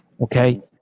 Okay